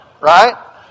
Right